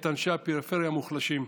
את אנשי הפריפריה המוחלשים.